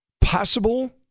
Possible